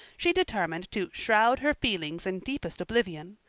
she determined to shroud her feelings in deepest oblivion,